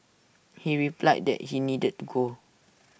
he replied that he needed to go